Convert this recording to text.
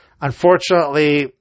Unfortunately